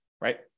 right